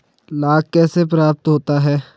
लाख कैसे प्राप्त होता है?